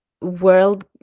World